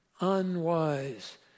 unwise